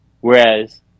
Whereas